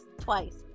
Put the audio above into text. Twice